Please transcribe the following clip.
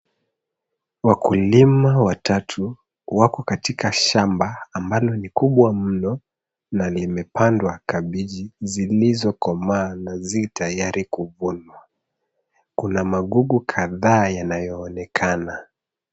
Wakulima watatu wako katika shamba ambalo ni kubwa mno na limepandwa kabeji zilizo koma na zi tayari kufunwa, kuna makuku kataa yanayoonekana.